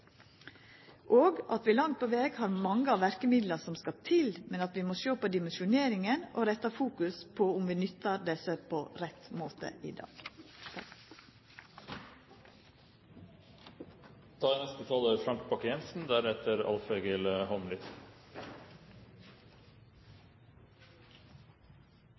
og at vi langt på veg har mange av verkemidla som skal til, men at vi må sjå på dimensjoneringa og retta fokus på om vi nyttar desse på rett måte i dag. Det